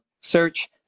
search